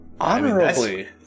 Honorably